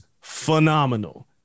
phenomenal